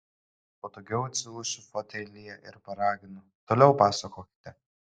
patogiau atsilošiu fotelyje ir paraginu toliau pasakokite